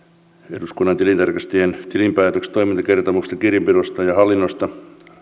eduskunnan tilintarkastajien eduskunnan tilinpäätöksestä toimintakertomuksesta kirjanpidosta ja hallinnosta